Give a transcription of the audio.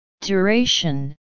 Duration